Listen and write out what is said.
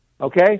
Okay